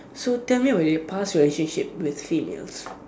so tell me about your past relationship with females